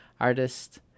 artist